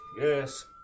yes